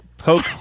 poke